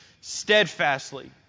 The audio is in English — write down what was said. steadfastly